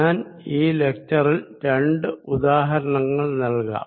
ഞാൻ ഈ ലെക്ച്ചറിൽ രണ്ട് ഉദാഹരണങ്ങൾ നൽകാം